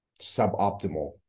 suboptimal